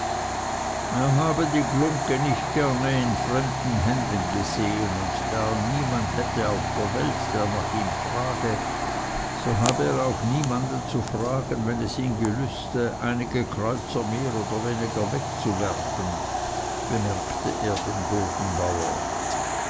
er habe die glungge nicht gerne in fremden händen gesehen und da er niemand hätte auf der welt der nach ihm frage so habe er auch niemanden zu fragen wenn es ihn gelüste einige kreuzer mehr oder weniger wegzuwerfen bemerkte er dem bodenbauer